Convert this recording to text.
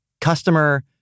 customer